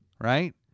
Right